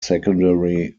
secondary